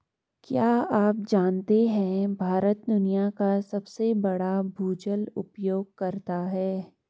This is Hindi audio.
क्या आप जानते है भारत दुनिया का सबसे बड़ा भूजल उपयोगकर्ता है?